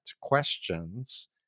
questions